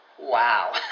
wow